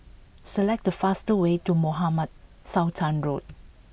select the fastest way to Mohamed Sultan Road